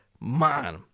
man